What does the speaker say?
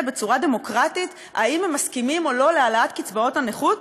בצורה דמוקרטית אם הם מסכימים או לא להעלאת קצבאות הנכות?